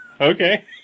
Okay